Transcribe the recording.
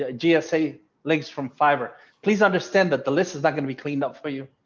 ah gsa legs from fiber, please understand that the list is not going to be cleaned up for you,